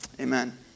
amen